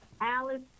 Alice